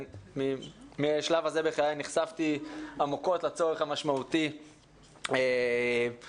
ובשלב הזה בחיי נחשפתי עמוקות לצורך המשמעותי באופן